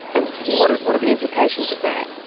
and what what are the implications of that?